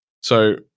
So-